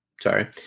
Sorry